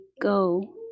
go